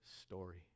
story